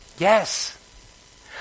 Yes